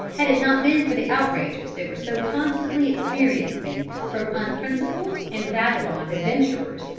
had it not been for the outrages they were so constantly experiencing from unprincipled and vagabond adventurers,